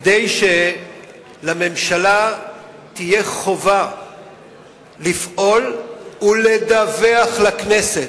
כדי שלממשלה תהיה חובה לפעול ולדווח לכנסת,